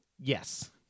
Yes